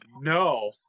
no